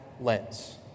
lens